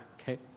okay